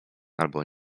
albo